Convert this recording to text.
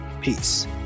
Peace